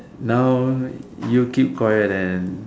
now you keep quiet and